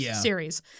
series